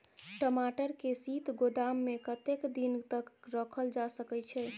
टमाटर के शीत गोदाम में कतेक दिन तक रखल जा सकय छैय?